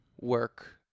work